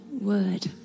word